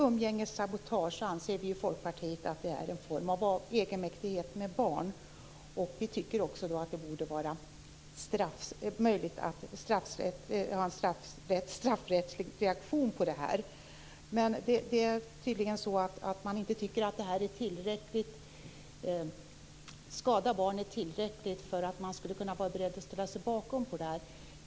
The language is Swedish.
Umgängessabotage anser vi i Folkpartiet är en form av egenmäktighet med barn. Vi tycker också att det borde vara möjligt att ha en straffrättslig reaktion på detta. Men det är tydligen så att man inte tycker att det här skadar barnen tillräckligt för att man skulle vara beredd att ställa sig bakom det förslaget.